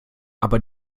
aber